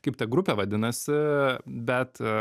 kaip ta grupė vadinasi bet